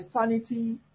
sanity